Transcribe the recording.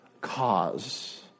cause